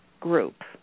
Group